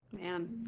Man